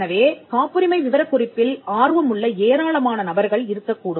எனவே காப்புரிமை விவரக் குறிப்பில் ஆர்வமுள்ள ஏராளமான நபர்கள் இருக்கக்கூடும்